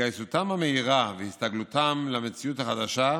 התגייסותם המהירה והסתגלותם למציאות החדשה אפשרו,